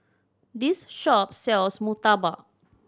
this shop sells murtabak